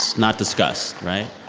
not discussed, right?